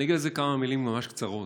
אני אגיד על זה כמה מילים ממש קצרות.